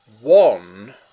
One